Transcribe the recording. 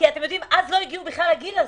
אתם יודעים, אז לא הגיעו בכלל לגיל הזה.